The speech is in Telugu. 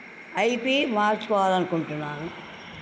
ఐపి మార్చుకోవాలనుకుంటున్నాను